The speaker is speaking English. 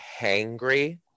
hangry